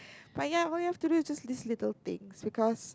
but ya all you have to do is list little things because